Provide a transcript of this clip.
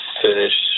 finish